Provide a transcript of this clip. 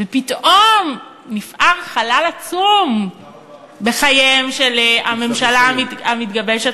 ופתאום נפער חלל עצום בחייה של הממשלה המתגבשת,